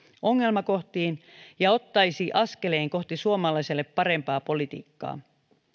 ongelmakohtiin ja ottaisi askeleen kohti suomalaiselle parempaa politiikkaa